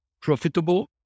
profitable